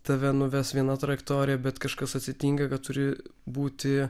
tave nuves viena trajektorija bet kažkas atsitinka kad turi būti